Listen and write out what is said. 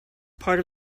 part